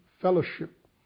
fellowship